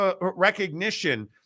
recognition